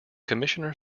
commissioner